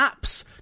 apps